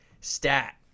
stat